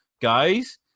guys